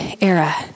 era